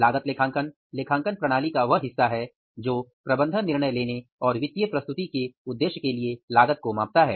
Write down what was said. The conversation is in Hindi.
लागत लेखांकन लेखांकन प्रणाली का वह हिस्सा है जो प्रबंधन निर्णय लेने और वित्तीय प्रस्तुति के उद्देश्य के लिए लागत को मापता है